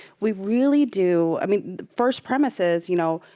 we really do i mean, the first premise is, you know,